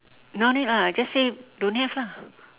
no need lah just say don't have lah